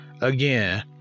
Again